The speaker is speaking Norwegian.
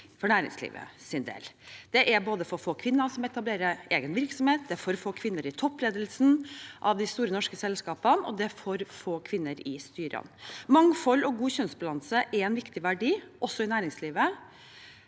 for næringslivets del. Det er både for få kvinner som etablerer egen virksomhet, det er for få kvinner i toppledelsen av de store norske selskapene, og det er for få kvinner i styrene. Mangfold og god kjønnsbalanse er en viktig verdi også i næringslivet,